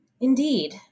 Indeed